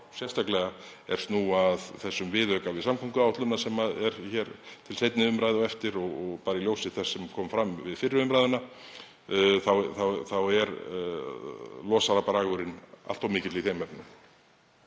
sérstaklega er snúa að viðauka við samgönguáætlun sem er hér til seinni umræðu á eftir og í ljósi þess sem kom fram við fyrri umræðuna er losarabragurinn allt of mikill í þeim efnum.